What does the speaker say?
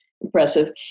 impressive